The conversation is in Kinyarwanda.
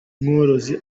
mworozi